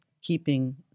keeping